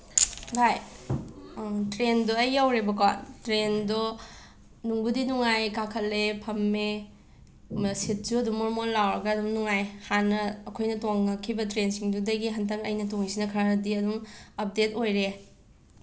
ꯚꯥꯏ ꯇ꯭ꯔꯦꯟꯗꯣ ꯑꯩ ꯌꯧꯔꯦꯕꯀꯣ ꯇ꯭ꯔꯦꯟꯗꯣ ꯅꯨꯡꯕꯨꯗꯤ ꯅꯨꯡꯉꯥꯏ ꯀꯥꯈꯠꯂꯦ ꯐꯝꯃꯦ ꯁꯤꯠꯁꯨ ꯑꯗꯨꯝ ꯃꯣꯃꯣꯟ ꯂꯥꯎꯔꯒ ꯑꯗꯨꯝ ꯅꯨꯡꯉꯥꯏ ꯍꯥꯟꯅ ꯑꯩꯈꯣꯏꯅ ꯇꯣꯡꯉꯛꯈꯤꯕ ꯇ꯭ꯔꯦꯟꯁꯤꯡꯗꯨꯗꯒꯤ ꯍꯟꯗꯛ ꯑꯩꯅ ꯇꯣꯡꯉꯤꯁꯤꯅ ꯈꯔꯗꯤ ꯑꯗꯨꯝ ꯎꯞꯗꯦꯠ ꯑꯣꯏꯔꯦ